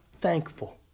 thankful